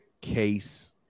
case